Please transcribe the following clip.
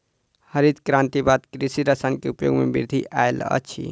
हरित क्रांति के बाद कृषि रसायन के उपयोग मे वृद्धि आयल अछि